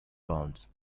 bounds